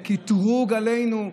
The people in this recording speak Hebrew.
זה קטרוג עלינו,